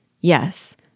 Yes